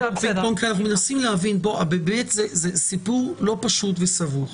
--- זה סיפור לא פשוט וסבוך.